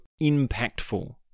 impactful